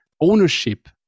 ownership